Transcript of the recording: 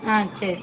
ஆ சரி